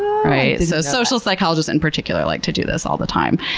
right. so social psychologists in particular like to do this all the time.